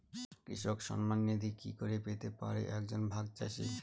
কৃষক সন্মান নিধি কি করে পেতে পারে এক জন ভাগ চাষি?